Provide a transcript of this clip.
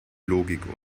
logik